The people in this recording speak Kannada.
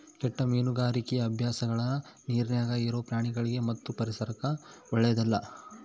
ಕೆಟ್ಟ ಮೀನುಗಾರಿಕಿ ಅಭ್ಯಾಸಗಳ ನೀರಿನ್ಯಾಗ ಇರೊ ಪ್ರಾಣಿಗಳಿಗಿ ಮತ್ತು ಪರಿಸರಕ್ಕ ಓಳ್ಳೆದಲ್ಲ